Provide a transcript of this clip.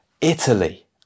Italy